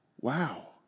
Wow